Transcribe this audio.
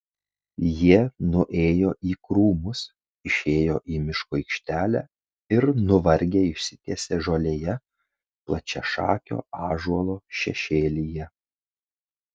jie nuėjo į krūmus išėjo į miško aikštelę ir nuvargę išsitiesė žolėje plačiašakio ąžuolo šešėlyje